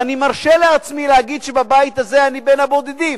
ואני מרשה לעצמי להגיד שבבית הזה אני בין הבודדים